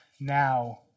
now